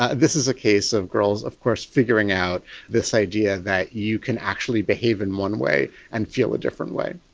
ah this is a case of girls of course figuring out this idea that you can actually behave in one way and feel a different way.